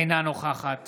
אינה נוכחת